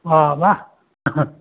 औना